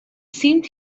seemed